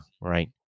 right